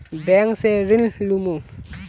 Bank से ऋण लुमू?